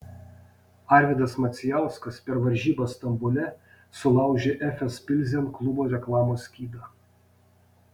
arvydas macijauskas per varžybas stambule sulaužė efes pilsen klubo reklamos skydą